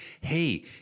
hey